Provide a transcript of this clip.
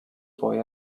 boy